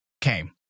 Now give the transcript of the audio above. came